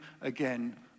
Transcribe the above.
again